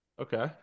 Okay